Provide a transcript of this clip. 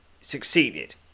succeeded